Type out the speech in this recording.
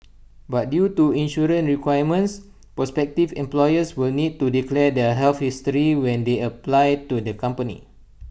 but due to insurance requirements prospective employees will need to declare their health history when they apply to the company